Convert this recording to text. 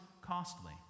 costly